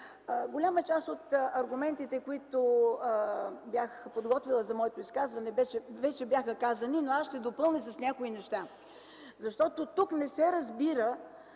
Голяма част от аргументите, които бях подготвила, за да представя в своето изказване, вече бяха казани, но ще допълня някои неща, защото тук не се разбира